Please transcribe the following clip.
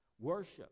Worship